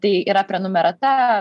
tai yra prenumerata